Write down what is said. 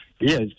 Yes